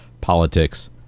politics